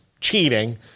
cheating